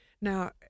now